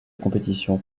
compétition